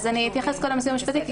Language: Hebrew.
אז אני אתייחס קודם לסיוע המשפטי כי